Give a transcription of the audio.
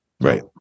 Right